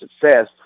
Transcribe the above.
success